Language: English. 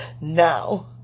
now